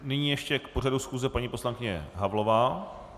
Nyní ještě k pořadu schůze paní poslankyně Havlová.